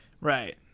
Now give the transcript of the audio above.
Right